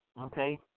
Okay